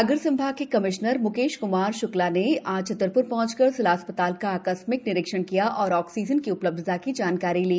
सागर संभाग के कमिश्नर मुकेश कुमार शुक्ला ने आज छतरपुर पहंचकर जिला अस्पताल का आकस्मिक निरीक्षण किया और आक्सीजन की उपलब्धता की जानकारी ली